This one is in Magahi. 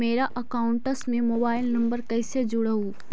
मेरा अकाउंटस में मोबाईल नम्बर कैसे जुड़उ?